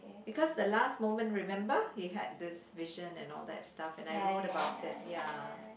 because the last moment remember you had this vision and all that stuff and I wrote about it ya